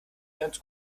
ganz